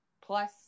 Plus